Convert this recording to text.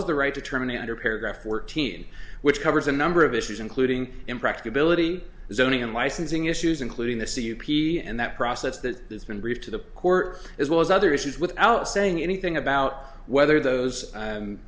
as the right to terminate under paragraph or teen which covers a number of issues including impracticability zoning and licensing issues including the c a p and that process that has been briefed to the court as well as other issues without saying anything about whether those